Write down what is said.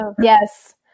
Yes